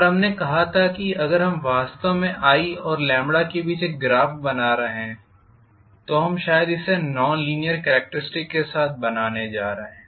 और हमने कहा था कि अगर हम वास्तव में i और के बीच एक ग्राफ बना रहे हैं तो हम शायद इसे नॉन लीनीयर कॅरेक्टरिस्टिक्स के साथ बनाने जा रहे हैं